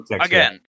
again